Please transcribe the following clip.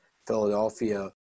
Philadelphia